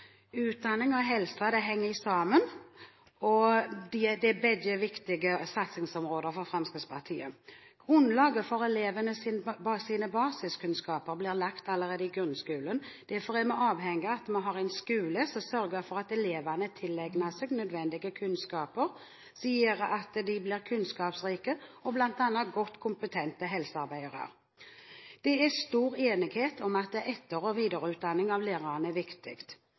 Utdanning og helse henger sammen, og de er begge viktige satsningsområder for Fremskrittspartiet. Grunnlaget for elevenes basiskunnskaper blir lagt allerede i grunnskolen. Derfor er vi avhengige av at vi har en skole som sørger for at elevene tilegner seg nødvendige kunnskaper, som gjør at de blir kunnskapsrike og bl.a. godt kompetente helsearbeidere. Det er stor enighet om at etter- og videreutdanning av lærerne er viktig,